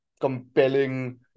compelling